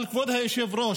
אבל כבוד היושב-ראש,